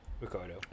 Ricardo